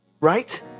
right